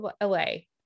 away